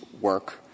work